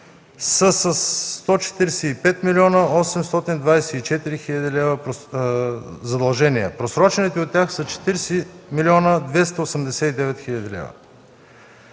са със 145 млн. 824 хил. лв. задължения; просрочените от тях са 40 млн. 289 хил. лв.